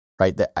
right